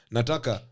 Nataka